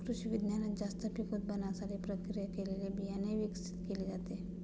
कृषिविज्ञानात जास्त पीक उत्पादनासाठी प्रक्रिया केलेले बियाणे विकसित केले जाते